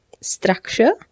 structure